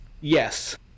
yes